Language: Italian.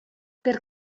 per